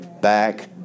back